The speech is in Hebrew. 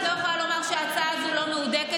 את לא יכולה להגיד שההצעה הזאת לא מהודקת.